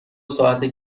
ساعته